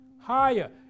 Higher